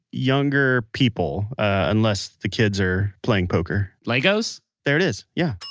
younger people, unless the kids are playing poker legos? there it is. yeah.